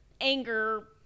anger